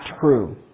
true